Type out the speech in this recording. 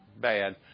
Bad